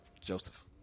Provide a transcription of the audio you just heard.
Joseph